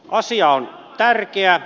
asia on tärkeä